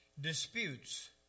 Disputes